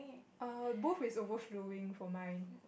err both is overflowing for mine